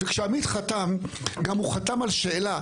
וכשעמית חתם הוא גם חתם על שאלה,